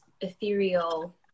ethereal